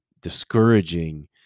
discouraging